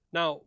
Now